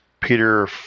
Peter